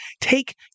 take